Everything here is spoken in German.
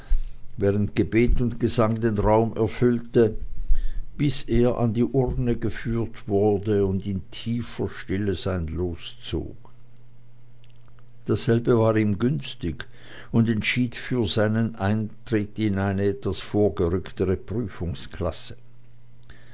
während gebet und gesang den raum erfüllte bis er an die urne geführt wurde und in tiefer stille sein los zog dasselbe war ihm günstig und entschied für seinen eintritt in eine etwas vorgerücktere prüfungsklasse